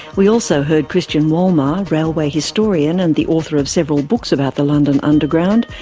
we also heard christian wolmar, railway historian and the author of several books about the london underground,